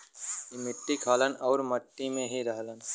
ई मट्टी खालन आउर मट्टी में ही रहलन